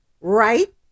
right